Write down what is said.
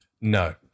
No